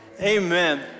Amen